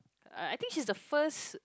uh I think she's the first